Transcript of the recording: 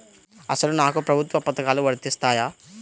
అసలు నాకు ప్రభుత్వ పథకాలు వర్తిస్తాయా?